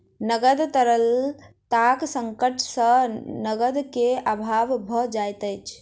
नकद तरलताक संकट सॅ नकद के अभाव भ जाइत छै